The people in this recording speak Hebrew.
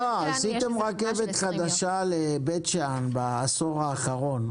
נעה, עשיתם רכבת חדשה לבית שאן בעשור האחרון.